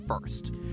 first